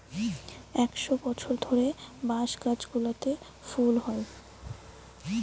একশ বছর ধরে বাঁশ গাছগুলোতে ফুল হচ্ছে